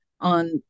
on